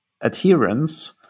adherence